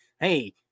hey